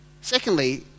Secondly